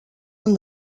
han